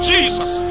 Jesus